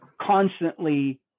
constantly